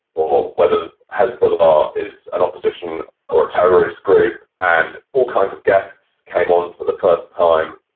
or whether hezbollah is an opposition or a terrorist group. and all kinds of guests came on for the first time,